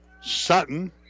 Sutton